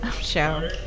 show